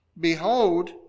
Behold